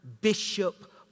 bishop